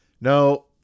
no